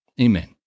Amen